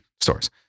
stores